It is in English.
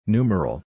Numeral